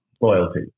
Loyalty